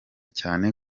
cyane